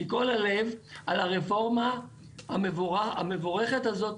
מכל הלב על הרפורמה המבורכת הזאת,